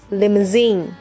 limousine